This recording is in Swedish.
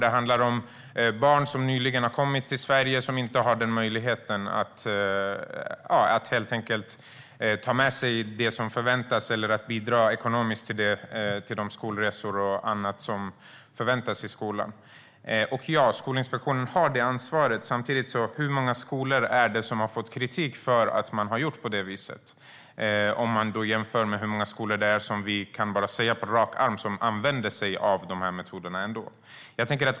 Det handlar om barn som nyligen har kommit till Sverige och som helt enkelt inte har möjlighet att ta med sig det som förväntas eller bidra ekonomiskt till skolresor och annat. Ja, Skolinspektionen har ett ansvar här. Men hur många skolor är det som har fått kritik för att de har gjort på detta sätt? Man kan jämföra med hur många skolor som vi vet använder de här metoderna.